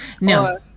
no